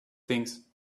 things